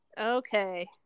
Okay